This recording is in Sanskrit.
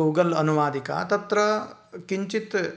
गूगल् अनुवादिका तत्र किञ्चित्